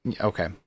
Okay